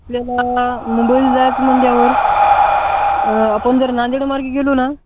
आपल्याला मुंबईला जायचं म्हणल्यावर आपण जर नांदेड मार्गी गेलो ना